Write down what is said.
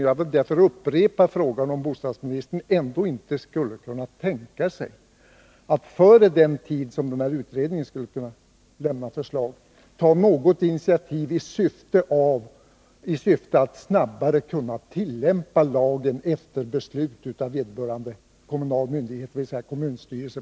Jag vill därför upprepa frågan, om bostadsministern ändå inte skulle kunna tänka sig att före den tid förslag kan förväntas från utredningen ta något initiativ i syfte att möjliggöra en tidigare tillämpning av lagen efter beslut av vederbörande kommunal myndighet, dvs. kommunstyrelsen.